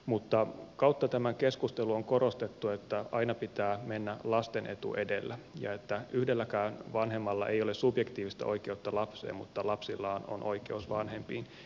mutta kautta tämän keskustelun on korostettu että aina pitää mennä lasten etu edellä ja että yhdelläkään vanhemmalla ei ole subjektiivista oikeutta lapseen mutta lapsilla on oikeus vanhempiin